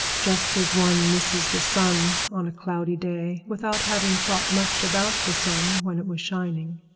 just as one misses the sun on a cloudy day without having thought much about the sun when it was shining.